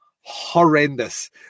horrendous